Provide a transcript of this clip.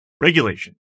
Regulation